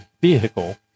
vehicle